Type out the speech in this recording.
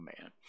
man